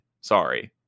Sorry